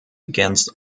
against